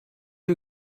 you